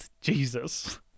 Jesus